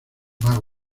mago